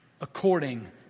according